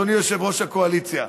אדוני יושב-ראש הקואליציה.